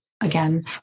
again